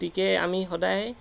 গতিকে আমি সদায়